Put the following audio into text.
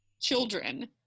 children